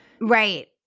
right